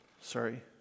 sorry